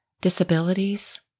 disabilities